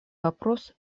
вопрос